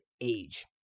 age